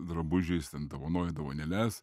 drabužiais ten dovanojo dovanėles